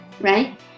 right